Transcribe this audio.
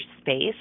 space